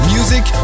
Music